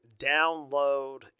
download